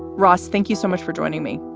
ross, thank you so much for joining me.